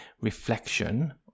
reflection